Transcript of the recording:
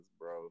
bro